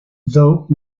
though